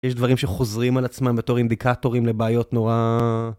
יש דברים שחוזרים על עצמם בתור אינדיקטורים לבעיות נורא...